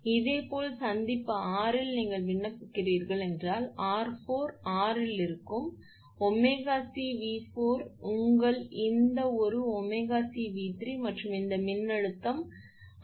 இதேபோல் சந்திப்பு R இல் நீங்கள் விண்ணப்பிக்கிறீர்கள் என்றால் R4 R இல் இருக்கும் 𝜔𝑐𝑉4 உங்கள் இந்த ஒரு 𝜔𝑐𝑉3 மற்றும் இந்த மின்னழுத்தம் மற்றும் இந்த மின்னழுத்தம் அதாவது V1 𝑉2 𝑉3